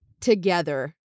together